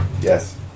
Yes